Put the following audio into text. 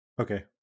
Okay